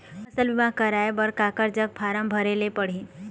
फसल बीमा कराए बर काकर जग फारम भरेले पड़ही?